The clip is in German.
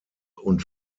und